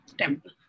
temple